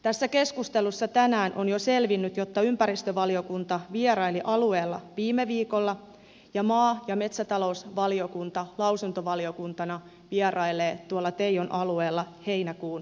tässä keskustelussa tänään on jo selvinnyt että ympäristövaliokunta vieraili alueella viime viikolla ja maa ja metsätalousvaliokunta lausuntovaliokuntana vierailee tuolla teijon alueella heinäkuun alussa